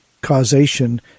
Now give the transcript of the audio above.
causation